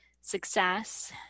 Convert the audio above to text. success